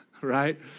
right